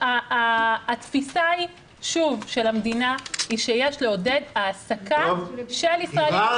התפיסה של המדינה היא שיש לעודד העסקה של ישראלים.